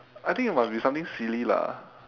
I think it must be something silly lah